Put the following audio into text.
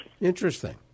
Interesting